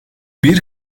bir